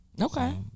Okay